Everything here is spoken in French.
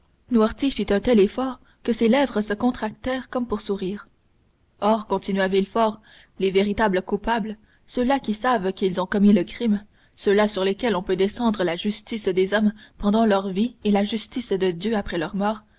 noirtier fit un tel effort que ses lèvres se contractèrent comme pour sourire or continua villefort les véritables coupables ceux-là qui savent qu'ils ont commis le crime ceux-là sur lesquels peut descendre la justice des hommes pendant leur vie et la justice de dieu après leur mort